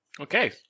Okay